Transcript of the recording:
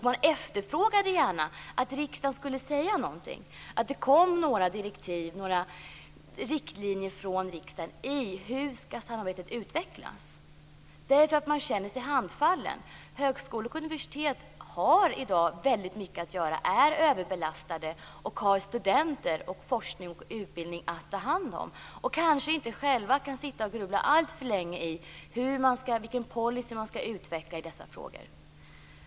Man efterfrågade gärna att riksdagen skulle säga någonting, att det kom några direktiv, några riktlinjer från riksdagen om hur samarbetet skall utvecklas. Man känner sig handfallen. Högskolor och universitet har i dag väldigt mycket att göra, de är överbelastade. De har studenter, forskning och utbildning att ta hand om och kanske inte själva kan grubbla alltför länge på vilken policy man skall utveckla i dessa frågor.